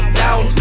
down